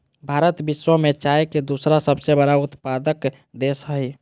भारत विश्व में चाय के दूसरा सबसे बड़ा उत्पादक देश हइ